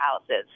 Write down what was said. houses